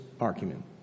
argument